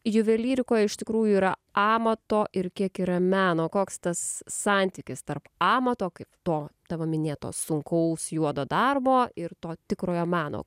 juvelyrikoje iš tikrųjų yra amato ir kiek yra meno koks tas santykis tarp amato kaip to tavo minėto sunkaus juodo darbo ir to tikrojo meno